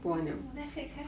oh Netflix have